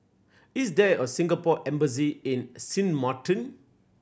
is there a Singapore Embassy in Sint Maarten